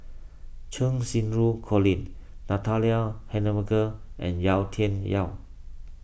Cheng Xinru Colin Natalie Hennedige and Yau Tian Yau